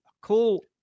Cool